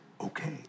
okay